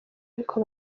ariko